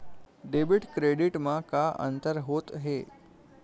Debit credit मा का अंतर होत हे?